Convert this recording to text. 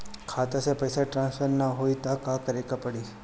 खाता से पैसा टॉसफर ना होई त का करे के पड़ी?